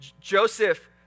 Joseph